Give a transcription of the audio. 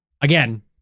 Again